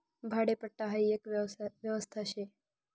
भाडेपट्टा हाई एक व्यवस्था शे